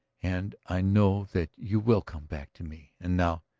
and i know that you will come back to me. and now.